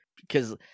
because-